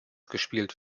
gespielt